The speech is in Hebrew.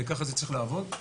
ככה זה צריך לעבוד.